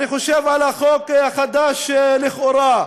אני חושב על החוק החדש, לכאורה,